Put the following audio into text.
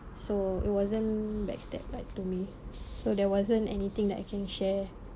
so it wasn't backstab back to me so there wasn't anything that I can share